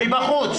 מבחוץ.